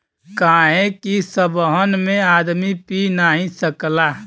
काहे कि सबहन में आदमी पी नाही सकला